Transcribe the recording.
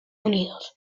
unidos